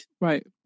Right